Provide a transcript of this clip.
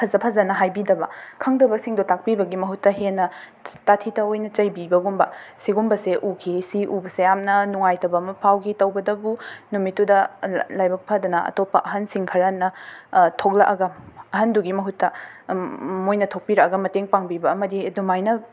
ꯐꯖ ꯐꯖꯅ ꯍꯥꯏꯕꯤꯗꯕ ꯈꯪꯗꯕꯁꯤꯡꯗꯣ ꯇꯥꯛꯄꯤꯕꯒꯤ ꯃꯍꯨꯠꯇ ꯍꯦꯟꯅ ꯇꯥꯊꯤ ꯇꯥꯑꯣꯏꯅ ꯆꯩꯕꯤꯕꯒꯨꯝꯕꯥ ꯁꯤꯒꯨꯝꯕꯁꯦ ꯎꯈꯤ ꯑꯁꯤ ꯎꯕꯁꯦ ꯌꯥꯝꯅ ꯅꯨꯡꯉꯥꯏꯇꯕ ꯑꯃ ꯐꯥꯎꯈꯤ ꯇꯧꯕꯇꯕꯨ ꯅꯨꯃꯤꯠꯇꯨꯗ ꯂꯥꯏꯕꯛ ꯐꯗꯅ ꯑꯇꯣꯞꯄ ꯑꯍꯟꯁꯤꯡ ꯈꯔꯅ ꯊꯣꯛꯂꯛꯂꯒ ꯑꯍꯟꯗꯨꯒꯤ ꯃꯍꯨꯠꯇ ꯃꯣꯏꯅ ꯊꯣꯛꯄꯤꯔꯛꯂꯒ ꯃꯇꯦꯡ ꯄꯥꯡꯕꯤꯕ ꯑꯃꯗꯤ ꯑꯗꯨꯃꯥꯏꯅ